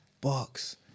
Bucks